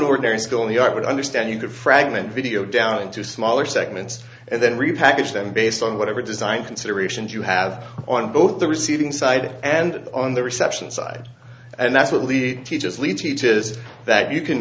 the ordinary school in the art would understand you could fragment video down into smaller segments and then repackage them based on whatever design considerations you have on both the receiving side and on the reception side and that's what lead teaches lead teaches that you can